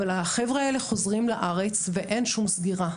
אבל החבר'ה האלה חוזרים לארץ ואין שום סגירה.